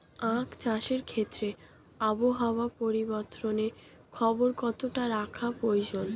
আখ চাষের ক্ষেত্রে আবহাওয়ার পরিবর্তনের খবর কতটা রাখা প্রয়োজন?